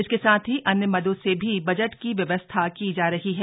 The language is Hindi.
इसके साथ ही अन्य मदों से भी बजट की व्यवस्था की जा रही है